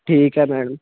ਠੀਕ ਹੈ ਮੈਡਮ